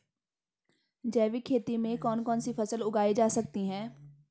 जैविक खेती में कौन कौन सी फसल उगाई जा सकती है?